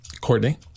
Courtney